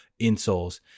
insoles